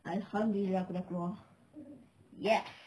alhamdulillah aku dah keluar yes